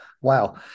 wow